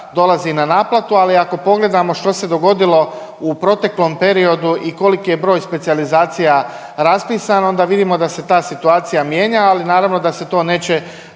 dolazi na naplatu, ali ako pogledamo što se dogodilo u proteklom periodu i koliki je broj specijalizacija raspisan onda vidimo da se ta situacija mijenja ali naravno da se to neće